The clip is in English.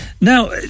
Now